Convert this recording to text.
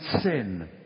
sin